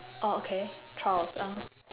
orh okay trials (uh huh)